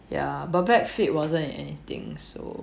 ya but back flip wasn't in anything so